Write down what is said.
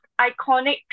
iconic